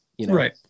Right